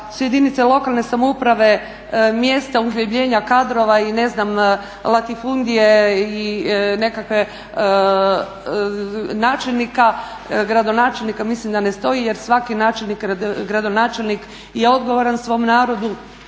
jedinice lokalne samouprave mjesta uhljebljenja kadrova i ne znam latifundije i nekakve načelnika, gradonačelnika, mislim da ne stoji jer svaki načelnik, gradonačelnik je odgovoran svom narodu,